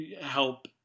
help